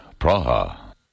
Praha